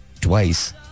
twice